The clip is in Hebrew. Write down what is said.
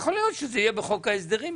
יכול להיות שזה יהיה בחוק ההסדרים,